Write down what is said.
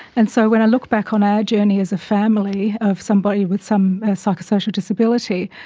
and so when i look back on our journey as a family of somebody with some psychosocial disability,